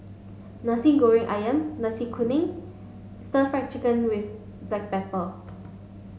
Nasi Goreng Ayam Nasi Kuning Stir Fry Chicken with Black Pepper